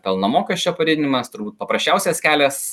pelno mokesčio padidinimas turbūt paprasčiausias kelias